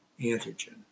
antigen